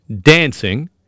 Dancing